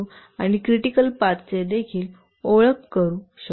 आणि क्रिटिकल पाथचे देखील ओळख करू शकू